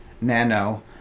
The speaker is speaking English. Nano